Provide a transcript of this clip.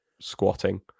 squatting